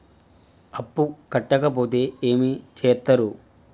అప్పు కట్టకపోతే ఏమి చేత్తరు?